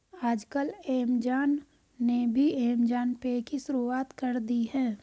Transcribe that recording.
आजकल ऐमज़ान ने भी ऐमज़ान पे की शुरूआत कर दी है